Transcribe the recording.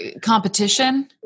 competition